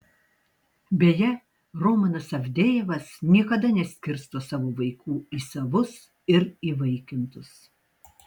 beje romanas avdejevas niekada neskirsto savo vaikų į savus ir įvaikintus